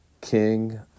king